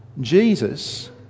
Jesus